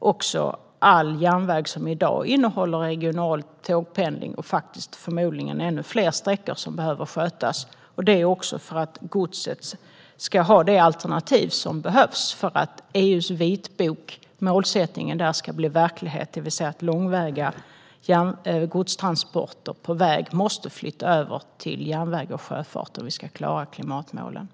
vi sköta all järnväg som i dag innehåller regional tågpendling och förmodligen ännu fler sträckor, detta också för att godset ska ha de alternativ som behövs för att målsättningen i EU:s vitbok ska bli verklighet, det vill säga att långväga godstransporter på väg måste flytta över till järnväg och sjöfart om vi ska klara klimatmålen.